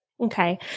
Okay